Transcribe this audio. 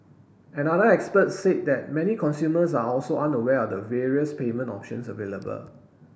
another expert said that many consumers are also unaware of the various payment options available